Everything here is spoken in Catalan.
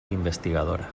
investigadora